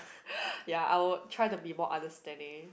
ya I would try to be more understanding